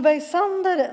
Herr talman! Solveig Zander